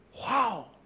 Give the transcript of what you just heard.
wow